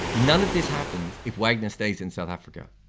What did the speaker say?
none of this happens if wagner stays in south africa.